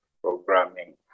programming